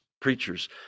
preachers